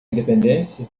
independência